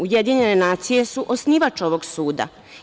Ujedinjene nacije su osnivač ovog suda.